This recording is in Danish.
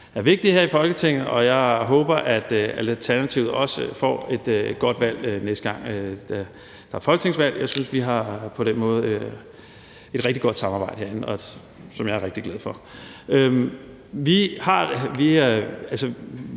er vigtige her i Folketinget, og jeg håber, at Alternativet også får et godt valg næste gang, der er folketingsvalg. Jeg synes, at vi på den måde har et rigtig godt samarbejde herinde, som jeg er rigtig glad for. Vi har